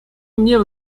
мне